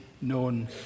known